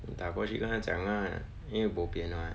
我打过去跟他讲 lah 因为 bo pian [what]